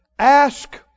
Ask